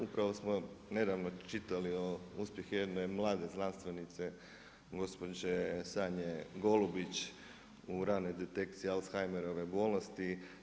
Upravo smo nedavno čitali o uspjehu jedne mlade znanstvenice gospođe Sanje Golubić u ranoj detekciji Alzheimerove bolesti.